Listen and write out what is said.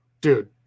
Dude